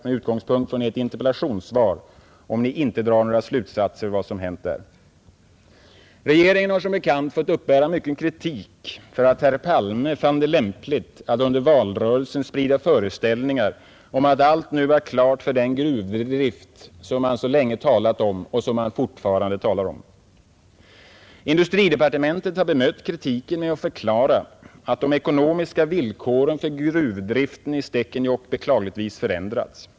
Med utgångspunkt i Ert interpellationssvar undrar jag om Ni inte drar några slutsatser av vad som hänt där. Regeringen har som bekant fått uppbära mycken kritik för att herr Palme funnit lämpligt att under valrörelsen sprida föreställningar om att allt nu var klart för den gruvdrift som man så länge talat om — och som man fortfarande talar om. Industridepartementet har bemött kritiken med att förklara att de ekonomiska villkoren för gruvdriften i Stekenjokk beklagligtvis förändrats.